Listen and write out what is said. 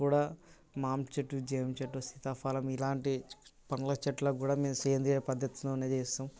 కూడా మామిడి చెట్టు జామ చెట్టు సీతాఫలం ఇలాంటి పండ్ల చెట్లను కూడా మేము సేంద్రీయ పద్ధతిలోనే చేస్తాము